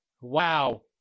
wow